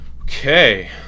Okay